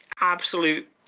absolute